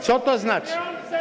Co to znaczy?